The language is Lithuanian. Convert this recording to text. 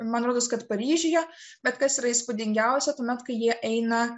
man rodos kad paryžiuje bet kas yra įspūdingiausia tuomet kai jie eina